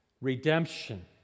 redemption